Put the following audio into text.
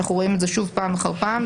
אנחנו רואים את זה שוב פעם אחר פעם.